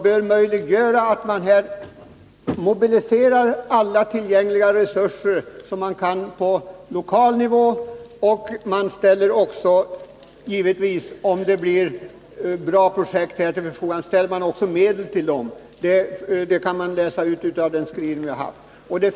De vägarna bör göra det möjligt att på lokal nivå mobilisera alla tillgängliga resurser. Om det kommer fram bra projekt, så kommer också medel att ställas till förfogande — det kan man utläsa av den skrivning som föreligger.